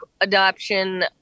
adoption